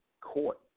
court